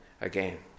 again